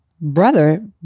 brother